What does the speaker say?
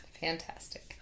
Fantastic